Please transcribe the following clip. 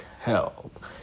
help